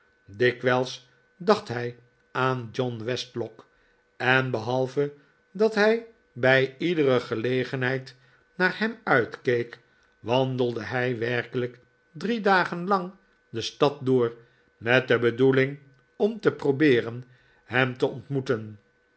dikwijls dacht hij aan john westlock en behalve dat hij bij iedere gelegenheid naar hem uitkeek wandelde hij werkelijk drie dagen lang de stad door met de bedoeling om te probe eren hem te ontmoeten